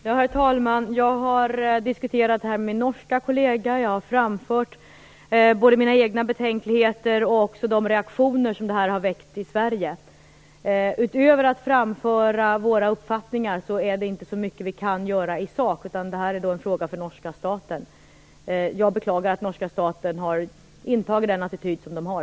Herr talman! Jag har diskuterat detta med min norska kollega. Jag har framfört både mina egna betänkligheter och de reaktioner som detta har väckt i Utöver att framföra våra uppfattningar är det inte så mycket vi kan göra. Det här är en fråga för norska staten. Jag beklagar att norska staten har intagit den attityd som de har.